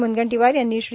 म्रनगंटीवार यांनी श्री